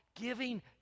giving